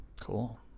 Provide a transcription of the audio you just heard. Cool